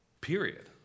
period